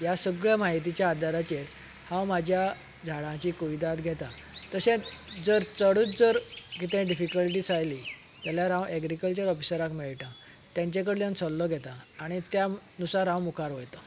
ह्या सगळ्या म्हायतीच्या आदाराचेर हांव म्हाज्या झाडांची कुयदाद घेता तशेंच जर चडूच जर कितेंय डिफिकल्टी आयली हांव एग्रीकल्चर ऑफिसराक मेळटा तांचे कडल्यान सल्लो घेता आनी त्या अनुसार हांव मुखार वयता